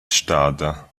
stada